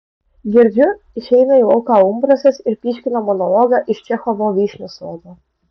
girdžiu išeina į lauką umbrasas ir pyškina monologą iš čechovo vyšnių sodo